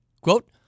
Quote